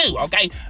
okay